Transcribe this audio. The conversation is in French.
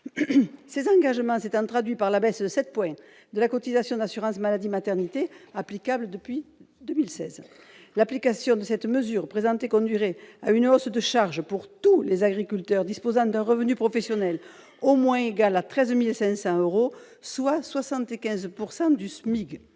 Ces engagements s'étaient traduits par la baisse de sept points de la cotisation d'assurance maladie et maternité applicable dès 2016. L'application de la mesure présentée conduirait à une hausse de charges pour tous les agriculteurs disposant d'un revenu professionnel au moins égal à 13 500 euros, soit 75 % du SMIC.